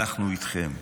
אנחנו איתכם.